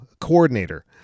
coordinator